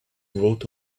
wrote